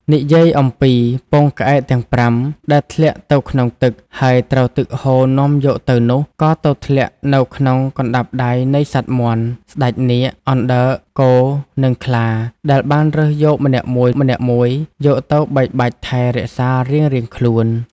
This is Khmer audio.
និយាយអំពីពងក្អែកទាំង ៥ ដែលធ្លាក់ទៅក្នុងទឹក ហើយត្រូវទឹកហូរនាំយកទៅនោះ ក៏ទៅធ្លាក់នៅក្នុង កណ្តាប់ដៃនៃសត្វមាន់ ស្តេចនាគ អណ្ដើក គោ និង ខ្លា ដែលបានរើសយកម្នាក់មួយៗ យកទៅបីបាច់ថែ រក្សារៀងៗខ្លួន។